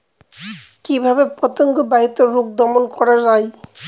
কিভাবে পতঙ্গ বাহিত রোগ দমন করা যায়?